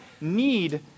need